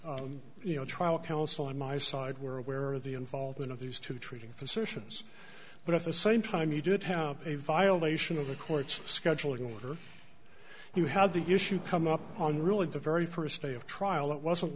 course you know trial counsel on my side were aware of the involvement of these two treating physicians but at the same time you did have a violation of the court's scheduling water he had the issue come up on really the very first day of trial it wasn't